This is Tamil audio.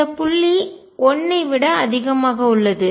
இந்த புள்ளி 1 ஐ விட அதிகமாக உள்ளது